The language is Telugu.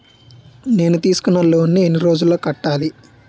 నేను తీసుకున్న లోన్ నీ ఎన్ని రోజుల్లో కట్టాలి?